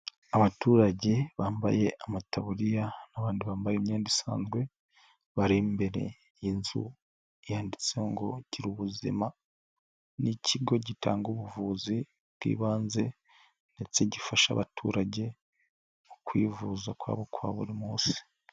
Abaturage bambaye amataburiya n'abandi bambaye imyenda isanzwe, bari imbere y'inzu yanditse ngo Girubuzima, n'ikigo gitanga ubuvuzi bw'ibanze ndetse gifasha abaturage mu kwivuza kwabo kwa buri munsi.